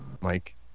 Mike